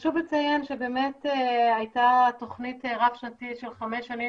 חשוב לציין שהייתה תוכנית רב שנתית של חמש שנים